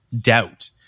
doubt